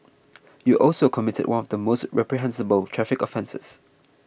you also committed one of the most reprehensible traffic offences